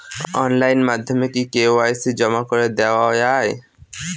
Online মাধ্যমে কি KYC জমা করে দেওয়া য়ায়?